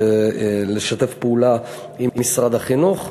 לשתף פעולה עם משרד החינוך.